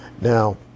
now